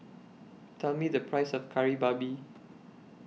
Tell Me The Price of Kari Babi